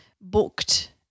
booked